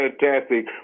fantastic